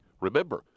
Remember